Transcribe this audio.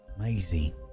Maisie